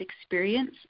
experience